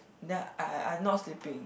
then I I not sleeping